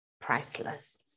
priceless